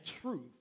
truth